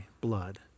blood